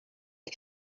the